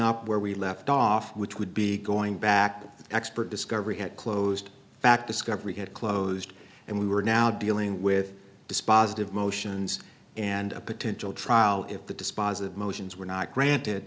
up where we left off which would be going back to expert discovery had closed fact discovery had closed and we were now dealing with dispositive motions and a potential trial if the dispositive motions were not granted